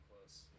close